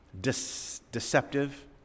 deceptive